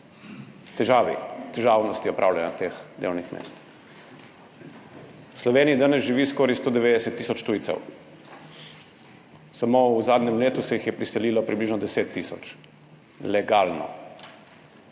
po težavnosti opravljanja teh delovnih mest. V Sloveniji danes živi skoraj 190 tisoč tujcev. Samo v zadnjem letu se jih je priselilo približno 10 tisoč, legalno.